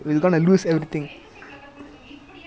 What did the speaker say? no எப்ப தெரிமா பண்ணணு:eppa therimaa pannanu after thesevi savage